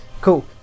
Cool